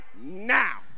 now